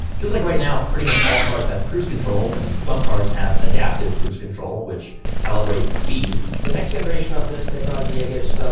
just like right now, pretty much all cars have cruise control and some cars have adaptive cruise control, which calibrates speed the next generation of this technology, i guess,